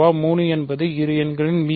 வ 3 என்பது இரு எண்களின் மி